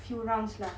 few rounds lah